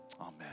Amen